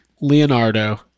Leonardo